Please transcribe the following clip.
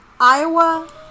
Iowa